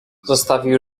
zostawił